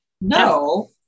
no